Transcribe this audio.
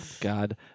god